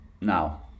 now